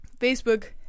Facebook